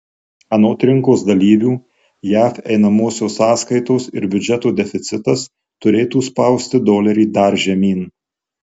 anot rinkos dalyvių jav einamosios sąskaitos ir biudžeto deficitas turėtų spausti dolerį dar žemyn